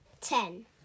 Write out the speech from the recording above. Ten